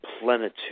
plenitude